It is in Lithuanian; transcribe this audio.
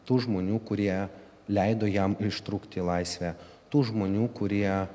tų žmonių kurie leido jam ištrūkti į laisvę tų žmonių kurie